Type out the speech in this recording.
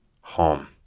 home